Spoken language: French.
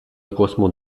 accroissement